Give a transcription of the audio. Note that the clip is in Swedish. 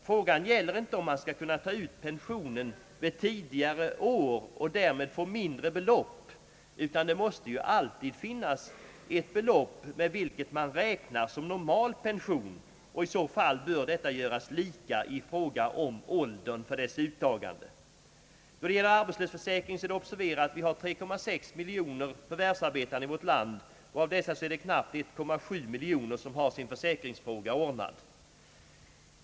Frågan gäller inte om att man skall kunna ta ut pension vid tidigare år och därmed få mindre belopp, utan det måste alltid finnas ett belopp vilket man räknar som normal pension, och i så fall bör detta göras lika i fråga om åldern för dess uttagande. Då det gäller arbetslöshetsförsäkringen så är det att observera att vi har cirka 3,6 miljoner förvärvsarbetande i vårt land, och av dessa har knappt 1,7 miljoner sin försäkringsfråga ordnad.